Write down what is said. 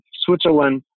Switzerland